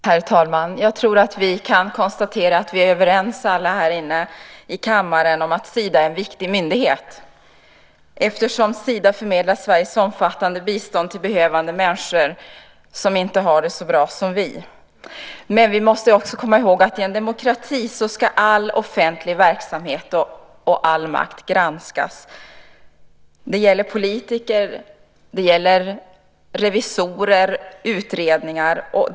Herr talman! Jag tror att vi kan konstatera att vi är överens alla här inne i kammaren om att Sida är en viktig myndighet, eftersom Sida förmedlar Sveriges omfattande bistånd till behövande människor som inte har det så bra som vi. Men vi måste också komma ihåg att i en demokrati ska all offentlig verksamhet och all makt granskas. Det gäller politiker, revisorer och utredningar.